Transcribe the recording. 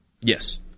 Yes